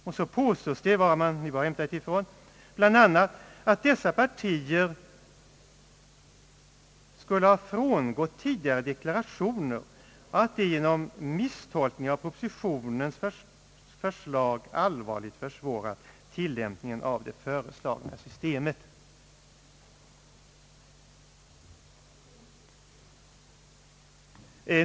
Sedan påstås — var man nu har hämtat det ifrån — bl.a. att dessa partier skulle ha frångått tidigare deklarationer och att de genom misstolkning av propositionens förslag allvarligt försvårat tillämpningen av det föreslagna systemet.